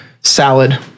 salad